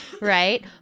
Right